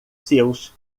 seus